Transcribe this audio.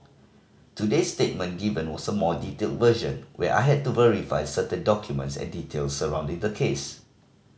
today's statement given was a more detailed version where I had to verify certain documents and details surrounding the case